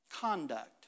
Conduct